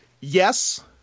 Yes